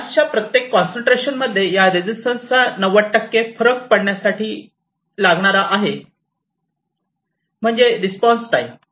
गॅसच्या प्रत्येक कॉन्सन्ट्रेशन मध्ये या रेजिस्टन्स चा 90 टक्के फरक पडण्यासाठी लागणार आहे म्हणजे रिस्पॉन्स टाईम Response time